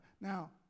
Now